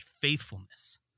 faithfulness